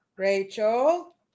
Rachel